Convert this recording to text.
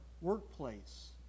workplace